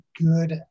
good